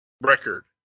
record